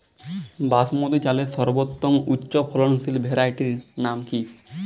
বাসমতী চালের সর্বোত্তম উচ্চ ফলনশীল ভ্যারাইটির নাম কি?